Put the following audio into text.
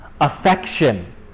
affection